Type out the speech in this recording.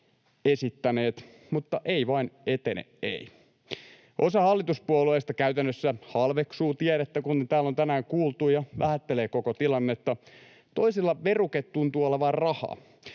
esittäneet, mutta ei vain etene, ei. Osa hallituspuolueista käytännössä halveksuu tiedettä, kuten täällä on tänään kuultu, ja vähättelee koko tilannetta. Toisilla veruke tuntuu olevan raha.